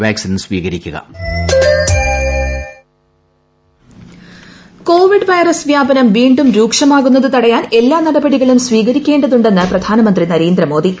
പ്രധാനമന്ത്രി കോവിഡ് യോഗം Covid virus വ്യാപനം വീണ്ടും രൂക്ഷമാകുന്നത് തടയാൻ എല്ലാ നടപടികളും സ്വീകരിക്കേണ്ടതുണ്ടെന്ന് പ്രധാനമന്ത്രി നരേന്ദ്രമോദി